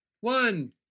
One